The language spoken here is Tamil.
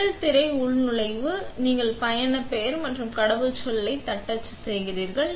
முதல் திரை உள்நுழைவு நீங்கள் பயனர்பெயர் மற்றும் கடவுச்சொல்லில் தட்டச்சு செய்கிறீர்கள்